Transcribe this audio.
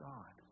God